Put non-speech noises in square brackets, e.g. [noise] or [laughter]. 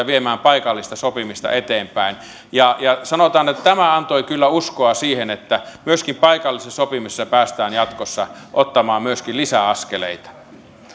[unintelligible] viemään paikallista sopimista eteenpäin sanotaan että tämä antoi kyllä uskoa siihen että myöskin paikallisessa sopimisessa päästään jatkossa ottamaan myöskin lisäaskeleita